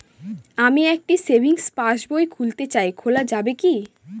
আমি একটি সেভিংস পাসবই খুলতে চাই খোলা যাবে কি?